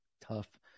tough